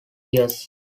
years